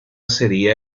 sería